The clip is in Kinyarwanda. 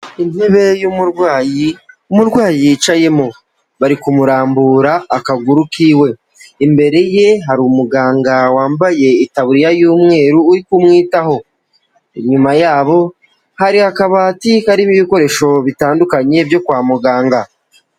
Intebe y'umurwayi umurwayi yicayemo, bari kumurambura akaguru kiwe, imbere ye hari umuganga wambaye itaburiya y'umweru uri kumwitaho, nyuma yabo hari akabati karimo ibikoresho bitandukanye byo kwa muganga.